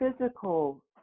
physical